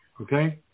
Okay